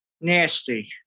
Nasty